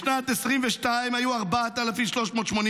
בשנת 2022 היו 4,389,